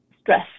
stress